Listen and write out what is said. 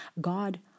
God